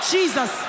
Jesus